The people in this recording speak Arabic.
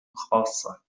الخاصة